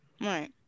Right